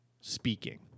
speaking